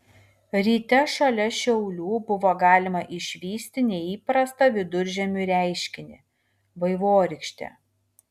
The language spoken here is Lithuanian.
ryte šalia šiaulių buvo galima išvysti neįprastą viduržiemiui reiškinį vaivorykštę